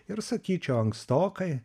ir sakyčiau ankstokai